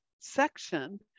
section